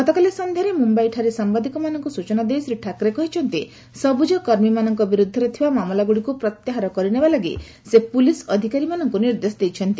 ଗତକାଲି ସନ୍ଧ୍ୟାରେ ମୁମ୍ବାଇଠାରେ ସାମ୍ବାଦିକମାନଙ୍କୁ ଏହି ସୂଚନା ଦେଇ ଶ୍ରୀ ଠାକରେ କହିଛନ୍ତି ସବୁଜକର୍ମୀମାନଙ୍କ ବିରୁଦ୍ଧରେ ଥିବା ମାମଲାଗୁଡ଼ିକୁ ପ୍ରତ୍ୟାହାର କରିନେବା ଲାଗି ସେ ପୁଲିସ୍ ଅଧିକାରୀମାନଙ୍କୁ ନିର୍ଦ୍ଦେଶ ଦେଇଛନ୍ତି